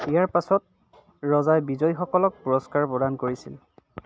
ইয়াৰ পাছত ৰজাই বিজয়ীসকলক পুৰস্কাৰ প্ৰদান কৰিছিল